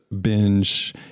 binge